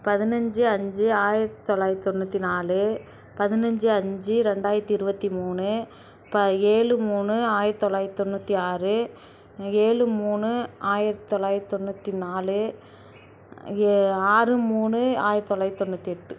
பதினைஞ்சி அஞ்சு ஆயிரத்து தொள்ளாயிரத்து தொண்ணூற்றி நாலு பதினைஞ்சி அஞ்சு ரெண்டாயிரத்து இருபத்தி மூணு ப ஏழு மூணு ஆயிரத்து தொள்ளாயிரத்து தொண்ணூற்றி ஆறு ஏழு மூணு ஆயிரத்து தொள்ளாயிரத்து தொண்ணூற்றி நாலு ஏ ஆறு மூணு ஆயிரத்து தொள்ளாயிரத்து தொண்ணூற்றி எட்டு